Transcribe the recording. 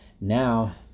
Now